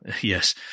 Yes